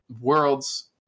worlds